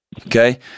okay